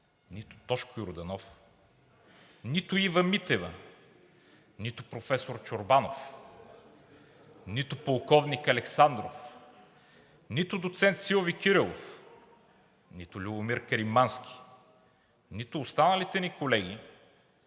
нито Тошко Йорданов, нито Ива Митева, нито професор Чорбанов, нито полковник Александров, нито доцент Силви Кирилов, нито Любомир Каримански, нито останалите ни колеги,